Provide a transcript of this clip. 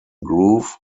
groove